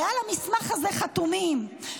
ועל המסמך הזה חתומים,